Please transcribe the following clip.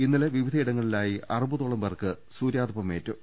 ഇന്നലെ വിവിധയിടങ്ങളിലായി അറുപതോളം പേർക്ക് സൂര്യാ തപമേറ്റു